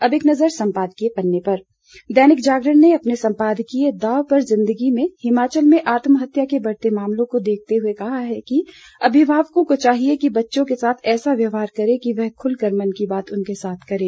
अब एक नज़र सम्पादकीय पन्ने पर देनिक जागरण ने अपने सम्पादकीय दांव पर जिन्दगी में हिमाचल में आत्महत्या के बढ़ते मामले को देखते हुए लिखा है कि अभिभावकों को चाहिये कि बच्चों के साथ ऐसा व्यवहार करें कि वे खुलकर मन की बात उनके साथ कर सकें